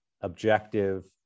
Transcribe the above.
objective